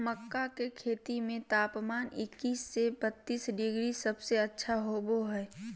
मक्का के खेती में तापमान इक्कीस से बत्तीस डिग्री सबसे अच्छा होबो हइ